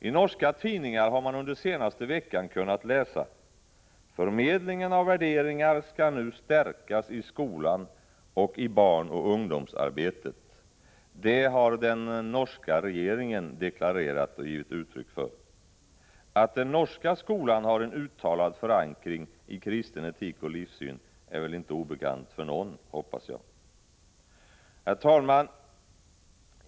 I norska tidningar har man under den senaste veckan kunnat läsa: Förmedlingen av värderingar skall nu stärkas i skolan och i barnoch ungdomsarbetet. Det har den norska regeringen deklarerat. Att den norska skolan har en uttalad förankring i kristen etik och livssyn är väl inte obekant för någon, hoppas jag. Herr talman!